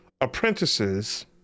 apprentices